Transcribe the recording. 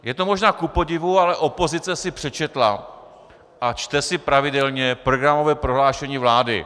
Je to možná kupodivu, ale opozice si přečetla a čte si pravidelně programové prohlášení vlády.